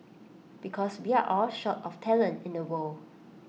because we are all short of talent in the world